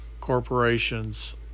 Corporations